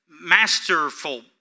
masterful